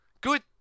Good